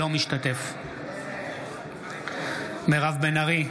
אינו משתתף בהצבעה מירב בן ארי,